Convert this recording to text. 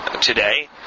today